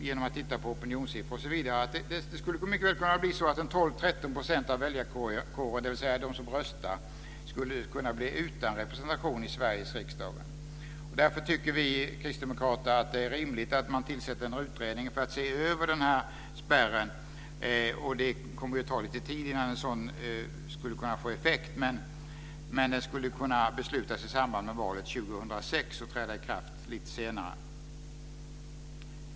Genom att titta på opinionssiffror osv. kan vi se att det mycket väl skulle kunna bli så att 12-13 % av väljarkåren, dvs. de som röstar, blev utan representation i Sveriges riksdag. Därför tycker vi kristdemokrater att det är rimligt att man tillsätter en utredning för att se över spärren. Det kommer ju att ta lite tid innan något sådant skulle kunna få effekt, men det skulle kunna beslutas om detta i samband med valet 2006 och träda i kraft lite senare.